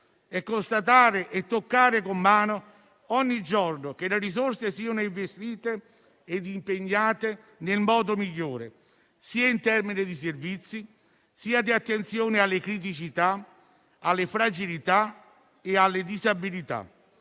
è constatare e toccare con mano ogni giorno che le risorse siano investite e impegnate nel modo migliore, in termini sia di servizi, sia di attenzione alle criticità, alle fragilità e alle disabilità.